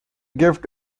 gift